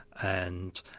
and,